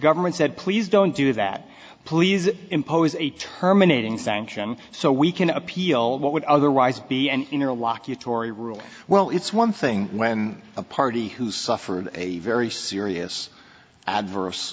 government said please don't do that please impose a terminating sanction so we can appeal what would otherwise be an interlocutory rule well it's one thing when a party who suffered a very serious adverse